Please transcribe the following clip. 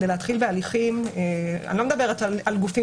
כדי להתחיל בהליכים אני לא מדברת על גופים